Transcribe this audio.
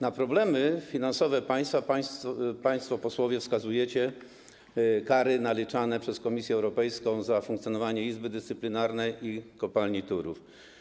Jako problemy finansowe państwa państwo posłowie wskazujecie kary naliczane przez Komisję Europejską za funkcjonowanie Izby Dyscyplinarnej i kopalni Turów.